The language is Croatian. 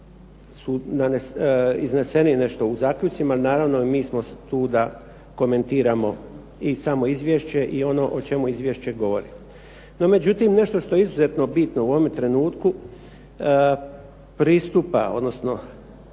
su izneseni nešto u zaključcima. Naravno mi smo tu da komentiramo i samo izvješće i ono o čemu izvješće govori. No međutim nešto što je izuzetno bitno u ovome trenutku pristupa, odnosno